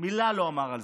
מילה לא אמר על זה,